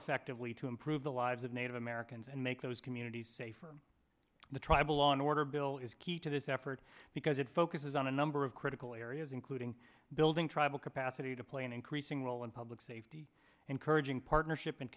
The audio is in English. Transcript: effectively to improve the lives of native americans and make those communities safer the tribal law and order bill is key to this effort because it focuses on a number of critical areas including building tribal capacity to play an increasing role in public safety encouraging partnership and